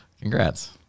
Congrats